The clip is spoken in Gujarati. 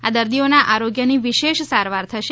આ દર્દીઓનાં આરોગ્યની વિશેષ સારવાર થશે